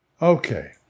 Okay